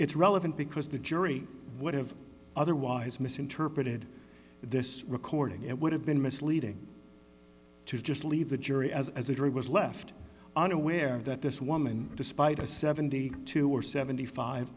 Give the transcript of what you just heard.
it's relevant because the jury would have otherwise misinterpreted this recording it would have been misleading to just leave the jury as as the jury was left unaware that this woman despite a seventy two or seventy five